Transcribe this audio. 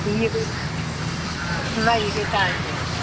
یہِ گٔے نہَ یہِ گٔے تاج محل